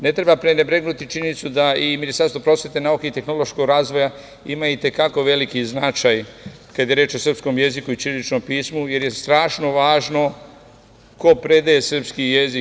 Ne treba prenebregnuti činjenicu da i Ministarstvo prosvete, nauke i tehnološkog razvoja ima i te kako veliki značaj kada je reč o srpskom jeziku i ćiriličnom pismu, jer je strašno važno ko predaje srpski jezik.